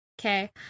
okay